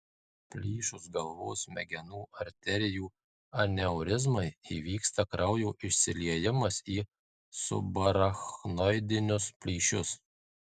plyšus galvos smegenų arterijų aneurizmai įvyksta kraujo išsiliejimas į subarachnoidinius plyšius